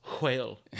whale